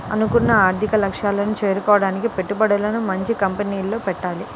అనుకున్న ఆర్థిక లక్ష్యాలను చేరుకోడానికి పెట్టుబడులను మంచి కంపెనీల్లో పెట్టాలి